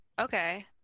Okay